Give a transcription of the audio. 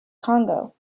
congo